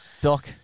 Doc